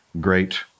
great